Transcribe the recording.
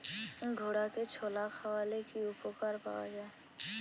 ঘোড়াকে ছোলা খাওয়ালে কি উপকার পাওয়া যায়?